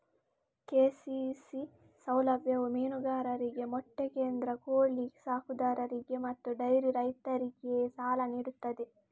KCC ಸೌಲಭ್ಯವು ಮೀನುಗಾರರಿಗೆ, ಮೊಟ್ಟೆ ಕೇಂದ್ರ, ಕೋಳಿ ಸಾಕುದಾರರಿಗೆ ಮತ್ತು ಡೈರಿ ರೈತರಿಗೆ ಸಾಲ ನೀಡುತ್ತದೆ